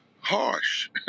harsh